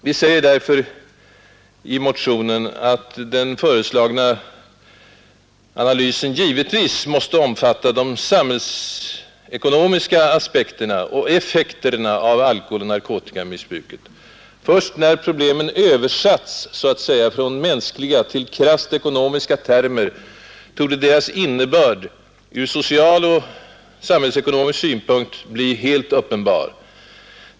Vi säger därför i motionen att den föreslagna analysen givetvis måste omfatta de samhällsekonomiska aspekterna och effekterna av alkoholoch narkotikamissbruket. Först när problemen ”översatts” från mänskliga till krasst ekonomiska termer torde deras allvarliga innebörd ur social och samhällsekonomisk synpunkt bli helt uppenbar.